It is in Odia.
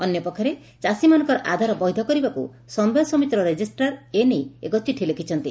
ଅନ୍ୟ ପକ୍ଷରେ ଚାଷୀମାନଙ୍କର ଆଧାର ବୈଧ କରିବାକୁ ସମବାୟ ସମିତିର ରେଜିଷ୍ଟ୍ରାର ଏ ନେଇ ଏକ ଚିଠି ଲେଖିଛନ୍ତି